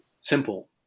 simple